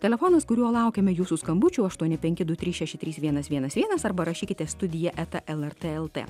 telefonas kuriuo laukiame jūsų skambučių aštuoni penki du trys šeši trys vienas vienas vienas arba rašykite studija eta lrt lt